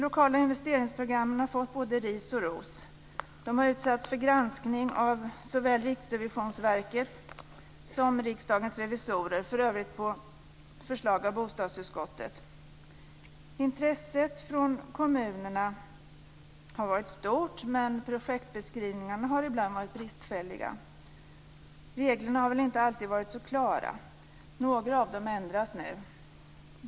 Intresset från kommunerna har varit stort, men projektbeskrivningarna har ibland varit bristfälliga. Reglerna har väl inte alltid varit så klara. Några av dem ändras nu.